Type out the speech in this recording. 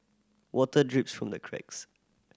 water drips from the cracks